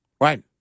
Right